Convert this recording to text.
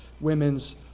women's